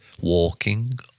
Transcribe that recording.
walking